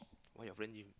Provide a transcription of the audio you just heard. why your friend gym